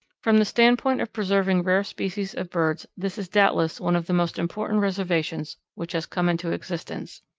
from the standpoint of preserving rare species of birds this is doubtless one of the most important reservations which has come into existence.